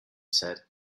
said